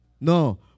No